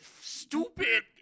stupid